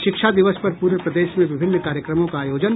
और शिक्षा दिवस पर पूरे प्रदेश में विभिन्न कार्यक्रमों का आयोजन